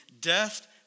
death